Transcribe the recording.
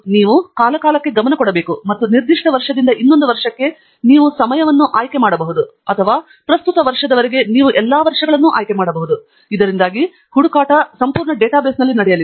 ನೀವು ಕಾಲಕಾಲಕ್ಕೆ ಗಮನ ಕೊಡಬೇಕು ಮತ್ತು ನಿರ್ದಿಷ್ಟ ವರ್ಷದಿಂದ ಇನ್ನೊಂದು ವರ್ಷಕ್ಕೆ ನೀವು ಸಮಯವನ್ನು ಆಯ್ಕೆ ಮಾಡಬಹುದು ಅಥವಾ ಪ್ರಸ್ತುತ ವರ್ಷವರೆಗೆ ನೀವು ಎಲ್ಲಾ ವರ್ಷಗಳನ್ನು ಆಯ್ಕೆ ಮಾಡಬಹುದು ಇದರಿಂದಾಗಿ ಹುಡುಕಾಟ ಸಂಪೂರ್ಣ ಡೇಟಾಬೇಸ್ನಲ್ಲಿ ನಡೆಯಲಿದೆ